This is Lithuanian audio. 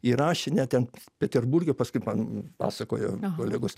įrašė net ten peterburge paskui man pasakojo kolegos